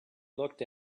looked